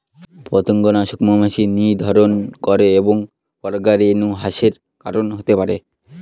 পতঙ্গনাশক মৌমাছি নিধন করে এবং পরাগরেণু হ্রাসের কারন হতে পারে